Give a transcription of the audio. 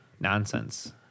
nonsense